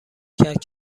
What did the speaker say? کرد